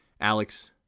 Alex